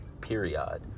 period